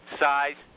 size